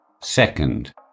Second